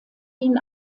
ihn